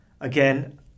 Again